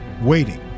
waiting